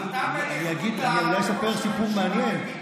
אני אולי אספר סיפור מעניין.